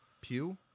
Pew